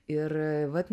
ir vat